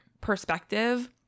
perspective